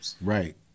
Right